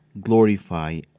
glorify